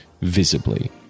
visibly